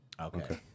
Okay